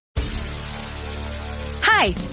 hi